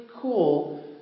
cool